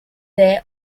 their